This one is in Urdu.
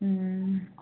ہوں